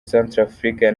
centrafrique